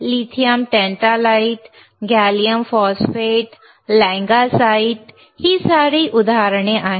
lithium tantalite gallium phosphate langasite ही उदाहरणे आहेत